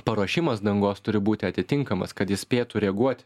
paruošimas dangos turi būti atitinkamas kad ji spėtų reaguot